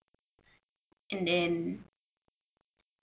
and then